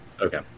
okay